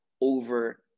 over